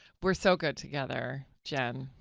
we're so good together, jen.